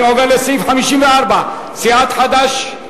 אני עובר לסעיף 54. סיעת חד"ש,